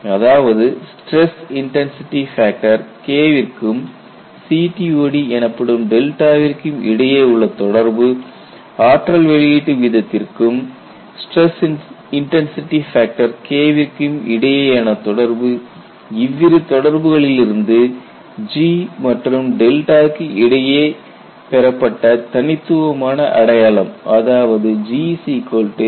அதாவது stress intensity factor K விற்கும் CTOD எனப்படும் விற்கும் இடையே உள்ள தொடர்பு ஆற்றல் வெளியீடு வீதத்திற்கும் ஸ்டிரஸ் இன்டன்சிடி ஃபேக்டர் K விற்கும் இடையேயான தொடர்பு இவ்விரு தொடர்புகளில் இருந்து G மற்றும் க்கு இடையே பெறப்பட்ட தனித்துவமான அடையாளம் அதாவது Gys போன்றவற்றை பற்றி பார்த்திருந்தோம்